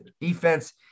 Defense